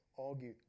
argue